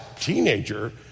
teenager